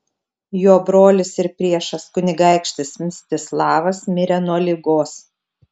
jo brolis ir priešas kunigaikštis mstislavas mirė nuo ligos